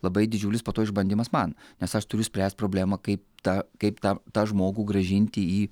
labai didžiulis po to išbandymas man nes aš turiu spręst problemą kaip tą kaip tą tą žmogų grąžinti į